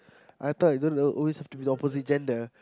I thought it always have to be the opposite gender